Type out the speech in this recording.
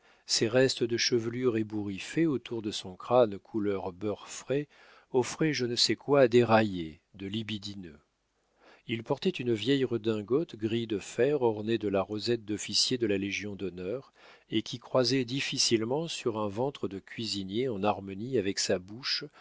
ses restes de chevelure ébouriffés autour de son crâne couleur beurre frais offraient je ne sais quoi d'éraillé de libidineux il portait une vieille redingote gris de fer ornée de la rosette d'officier de la légion-d'honneur et qui croisait difficilement sur un ventre de cuisinier en harmonie avec sa bouche